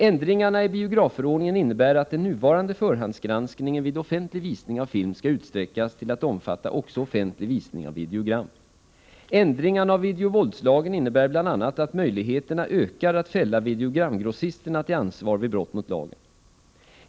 Ändringarna i biografförordningen innebär att den nuvarande förhandsgranskningen vid offentlig visning av film skall utsträckas till att omfatta också offentlig visning av videogram. Ändringarna av videovåldslagen innebär bl.a. att möjligheterna ökar att fälla videogramgrossisterna till ansvar vid brott mot lagen.